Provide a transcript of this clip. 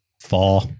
Four